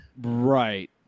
Right